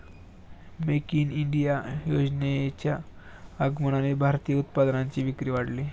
make in India योजनेच्या आगमनाने भारतीय उत्पादनांची विक्री वाढली